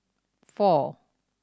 four